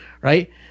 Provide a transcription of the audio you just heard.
right